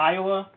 Iowa